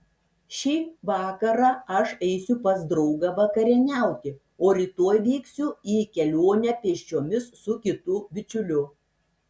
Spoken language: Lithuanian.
šį vakarą aš eisiu pas draugą vakarieniauti o rytoj vyksiu į kelionę pėsčiomis su kitu bičiuliu